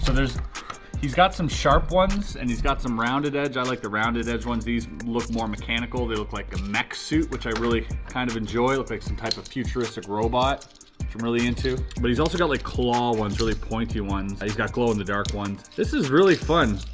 he's got some sharp ones and he's got some rounded edge, i like the rounded edge ones, these look more mechanical, they look like a mech suit, which i really kind of enjoy, with like some type of futuristic robot which i'm really into, but he's also got like claw one's, really pointy ones, he's got glow in the dark one's. this is really fun,